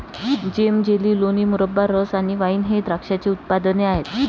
जेम, jelly, लोणी, मुरब्बा, रस आणि वाइन हे द्राक्षाचे उत्पादने आहेत